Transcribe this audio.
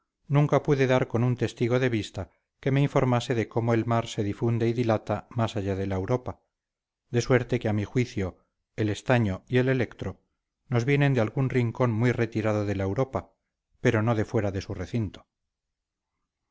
nunca pude dar con un testigo de vista que me informase de cómo el mar se difunde y dilata más allá de la europa de suerte que a mi juicio el estaño y el electro nos vienen de algún rincón muy retirado de la europa pero no de fuera de su recinto